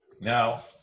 Now